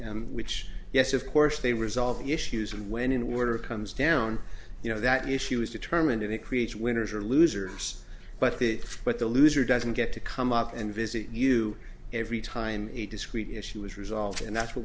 entered which yes of course they resolve issues and when in order comes down you know that issue is determined and it creates winners or losers but it but the loser doesn't get to come up and visit you every time a discrete issue is resolved and that's wh